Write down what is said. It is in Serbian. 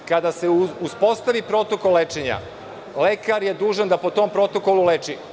Kada se uspostavi protokol lečenja lekar je dužan da po tom protokolu leči.